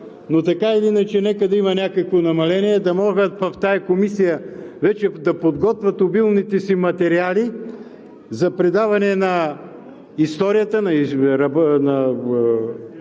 но така или иначе нека да има някакво намаление, да могат в тази комисия вече да подготвят обилните си материали за предаване на историята, на